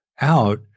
out